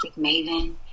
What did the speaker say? Maven